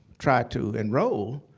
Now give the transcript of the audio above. tried to enroll.